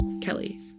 Kelly